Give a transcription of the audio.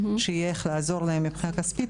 שיהיה איך לעזור להם מבחינה כספית,